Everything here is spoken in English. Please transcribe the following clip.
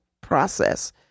process